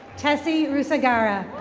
tessy rusagara.